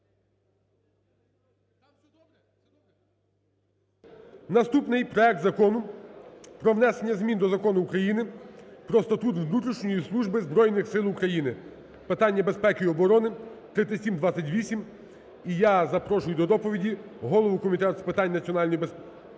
Наступний проект Закону про внесення змін до Закону України "Про Статут внутрішньої служби Збройних Сил України", питання безпеки і оборони (3728). І я запрошую до доповіді голову Комітету з питань національної безпеки,